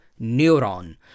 neuron